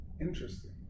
Interesting